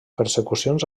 persecucions